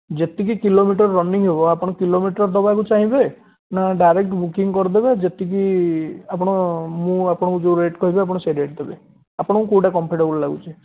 ଯେତିକି kilometre running ହେବ ଆପଣ କିଲୋମିଟର୍ ଦେବାକୁ ଚାହିଁବେ ନା ଡାଇରେକ୍ଟ୍ ବୁକିଂ କରିଦେବେ ଯେତିକି ଆପଣ ମୁଁ ଆପଣଙ୍କୁ ଯେଉଁ ରେଟ୍ କହିବି ଆପଣ ସେହି ରେଟ୍ ଦେବେ ଆପଣଙ୍କୁ କେଉଁଟା କମ୍ଫର୍ଟେବଲ୍ ଲାଗୁଛି